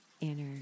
inner